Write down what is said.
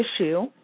issue